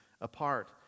apart